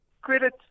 credit